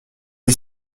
est